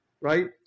right